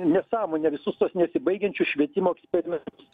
nesąmonę visus tuos nesibaigiančius švietimo eksperimentus